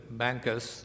bankers